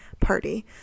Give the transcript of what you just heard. party